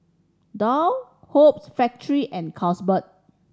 Doux Hoops Factory and Carlsberg